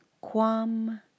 Quam